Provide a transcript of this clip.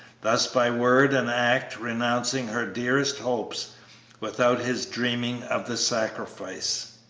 thus by word and act renouncing her dearest hopes without his dreaming of the sacrifice.